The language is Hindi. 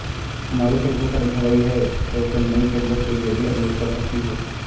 तुम्हारी चेकबुक खत्म हो गई तो तुम नई चेकबुक के लिए भी अनुरोध कर सकती हो